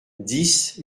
dix